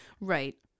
Right